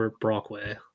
Brockway